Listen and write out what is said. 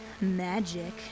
magic